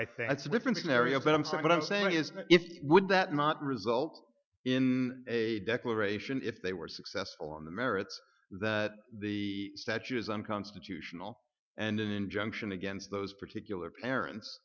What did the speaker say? i think that's a different scenario but i'm saying what i'm saying is it would that not result in a declaration if they were successful on the merits that the statue is unconstitutional and an injunction against those particular parents